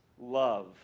love